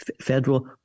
federal